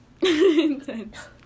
Intense